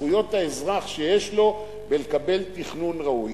זכויות האזרח שיש לו לקבל תכנון ראוי.